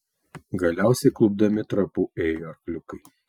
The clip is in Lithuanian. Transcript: galiausiai klupdami trapu ėjo arkliukai